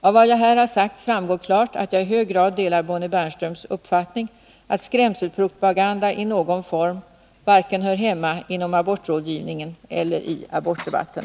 Av vad jag här har sagt framgår klart att jag i hög grad delar Bonnie Bernströms uppfattning, att skrämselpropaganda i någon form hör hemma varken inom abortrådgivningen eller i abortdebatten.